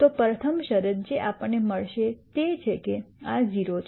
તો પ્રથમ શરત જે આપણને મળશે તે છે કે આ 0 છે